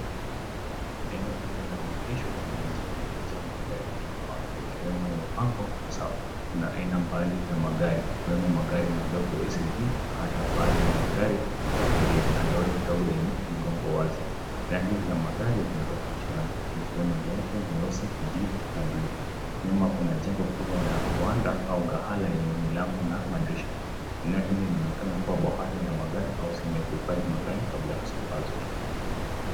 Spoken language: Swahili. Eneo kubwa la maegesho la nje lililojaa magari mengi mapya ikiwemo yaliyopangwa kwa safu. Kuna aina mbali za magari ikiwemo magari madogo ya SUV na hata baadhi ya magari ya abiria na lori ndogo yenye migongo wazi. Rangi za magari zimetofautiana zikiwemo nyeupe, nyeusi, kijivu na blue. Nyuma kuna jengo kubwa la viwanda au ghala yenye milango na madirisha. Eneo hili linaonekana kuwa bohari la magari au sehemu ya kuhifadhi magari kabla ya kusambazwa.